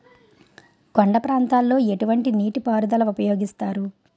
కొండ ప్రాంతాల్లో ఎటువంటి నీటి పారుదల ఉపయోగిస్తారు?